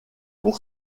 pour